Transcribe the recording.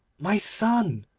my son,